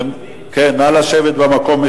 נא לשבת במקום.